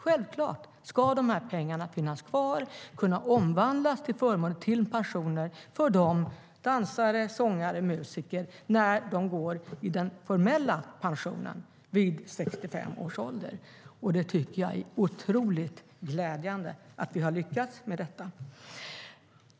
Självklart ska dessa pengar finnas kvar och kunna omvandlas till pensioner för dansare, sångare och musiker när de går i formell pension vid 65 års ålder. Jag tycker att det är otroligt glädjande att vi har lyckats med detta.